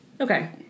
okay